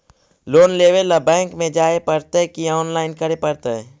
Loan लेवे ल bank में जाय पड़तै कि औनलाइन करे पड़तै?